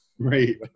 Right